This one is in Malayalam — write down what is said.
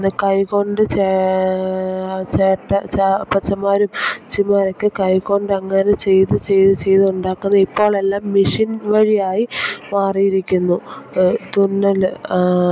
കൈ കൊണ്ട് ചേട്ട കൊച്ചമ്മമാരും കൊച്ചമ്മമാരൊക്കെ കൈ കൊണ്ടങ്ങനെ ചെയ്തു ചെയ്തു ചെയ്തുണ്ടാക്കുന്ന ഇപ്പോൾ എല്ലാം മെഷിൻ വഴിയായി മാറിയിരിക്കുന്നു തുന്നൽ